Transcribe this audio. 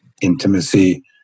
Intimacy